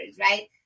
right